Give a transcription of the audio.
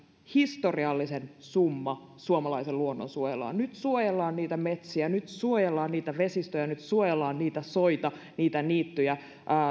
historiallinen summa suomalaisen luonnon suojeluun nyt suojellaan niitä metsiä nyt suojellaan niitä vesistöjä nyt suojellaan niitä soita niitä niittyjä